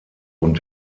und